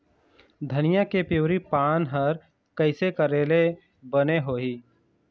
धनिया के पिवरी पान हर कइसे करेले बने होही?